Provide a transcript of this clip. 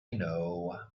know